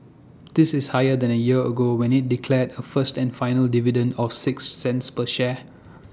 this is higher than A year ago when IT declared A first and final dividend of six cents per share